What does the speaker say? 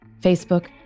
Facebook